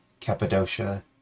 Cappadocia